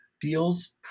deals